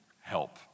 help